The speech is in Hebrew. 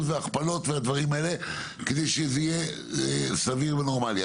הכפלות ודברים האלה כדי שזה יהיה סביר ונורמלי.